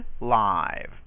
live